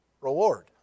reward